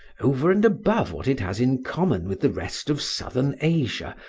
over and above what it has in common with the rest of southern asia,